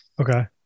Okay